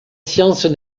sciences